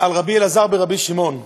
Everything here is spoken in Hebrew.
על רבי אלעזר בן רבי שמעון,